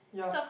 yeah